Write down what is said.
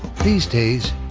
these days,